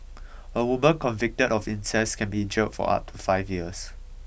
a woman convicted of incest can be jailed for up to five years